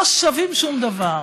לא שווים שום דבר.